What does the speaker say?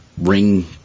ring